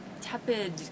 tepid